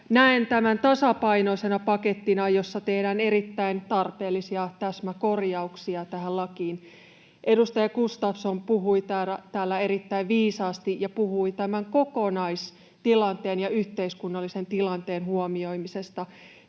Näen tämän tasapainoisena pakettina, jossa tehdään erittäin tarpeellisia täsmäkorjauksia tähän lakiin. Edustaja Gustafsson puhui täällä erittäin viisaasti ja puhui tämän kokonaistilanteen ja yhteiskunnallisen tilanteen huomioimisesta.